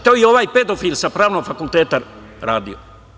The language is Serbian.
To je i ovaj pedofil za Pravnom fakulteta radio.